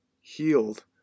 healed